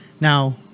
Now